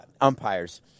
umpires